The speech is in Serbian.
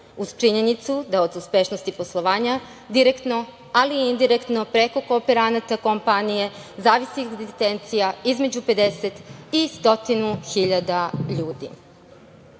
uz činjenicu da od uspešnosti poslovanja direktno, ali i indirektno, preko kooperanata kompanije, zavisi egzistencija između 50 i 100 hiljada